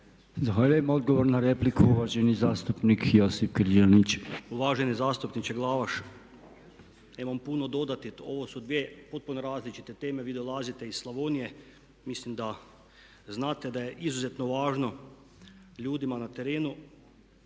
Zahvaljujem. Odgovor na repliku uvaženi zastupnik Josip Križanić. **Križanić, Josip (HDZ)** Uvaženi zastupniče Glavaš …/Govornik se ne razumije./… puno dodati, ovu su dvije potpuno različite teme, vi dolazite iz Slavonije, mislim da znate da je izuzetno važno ljudima na terenu